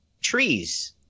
trees